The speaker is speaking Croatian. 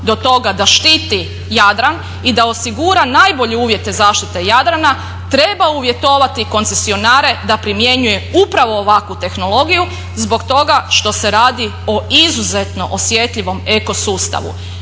do toga da štiti Jadran i da osigura najbolje uvjete zaštite Jadrana treba uvjetovati koncesionare da primjenjuje upravo ovakvu tehnologiju zbog toga što se radi o izuzetno osjetljivom eko sustavu.